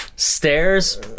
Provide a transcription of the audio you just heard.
stairs